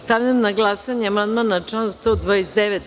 Stavljam na glasanje amandman na član 129.